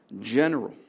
General